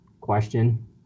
question